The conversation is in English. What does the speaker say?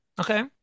okay